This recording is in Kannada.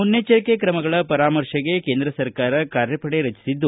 ಮುನ್ನೆಚ್ಚರಿಕೆ ಕ್ರಮಗಳ ಪರಾಮರ್ತೆಗೆ ಕೇಂದ್ರ ಸರ್ಕಾರ ಕಾರ್ಯಪಡೆ ರಚಿಸಿದೆ